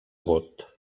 vot